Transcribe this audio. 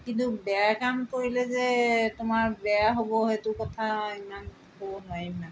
কিন্তু বেয়া কাম কৰিলে যে তোমাৰ বেয়া হ'ব সেইটো কথা ইমান ক'ব নোৱাৰিম মানে